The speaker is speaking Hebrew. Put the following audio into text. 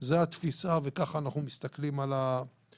זו התפיסה, וככה אנחנו מסתכלים על הדברים.